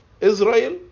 Israel